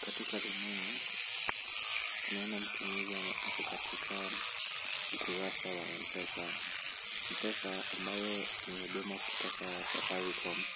Katika rununu tunaona mtumizi ako katika ukurasa wa Mpesa. Mpesa ambayo ni huduma kutoka safaricom